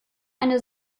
eine